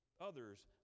others